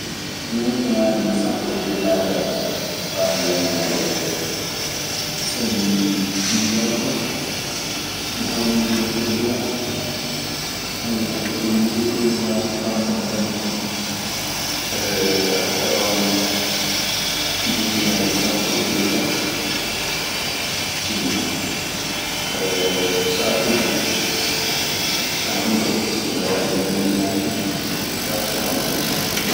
Minitigaji sapo e joyi kajami betee fa min landinon. a tawan minitiŋaaji sappo e joyi ka timmii. Sahaatuji aɗa ɓura ɗum, jooni ka yahde minitiŋaaji faa cappanɗe tati.